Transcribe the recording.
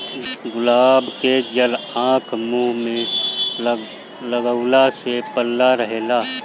गुलाब के जल आँख, मुंह पे लगवला से पल्ला रहेला